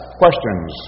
questions